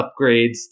upgrades